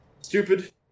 stupid